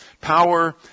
Power